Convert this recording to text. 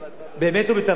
באמת ובתמים,